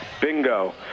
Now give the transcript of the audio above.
Bingo